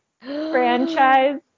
franchise